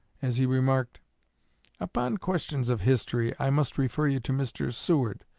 as he remarked upon questions of history i must refer you to mr. seward,